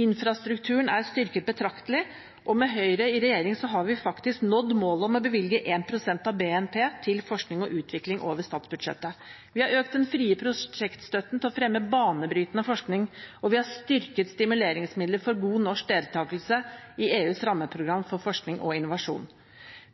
Infrastrukturen er styrket betraktelig. Med Høyre i regjering har vi faktisk nådd målet om å bevilge 1 pst. av BNP til forskning og utvikling over statsbudsjettet. Vi har økt den frie prosjektstøtten til å fremme banebrytende forskning, og vi har styrket stimuleringsmidler for god norsk deltakelse i EUs rammeprogram for forskning og innovasjon.